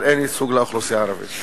אבל אין ייצוג לאוכלוסייה הערבית.